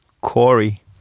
Corey